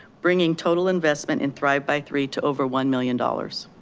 bringing total investment in thrive by three to over one million dollars.